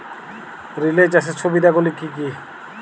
Relay চাষের সুবিধা গুলি কি কি?